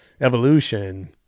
evolution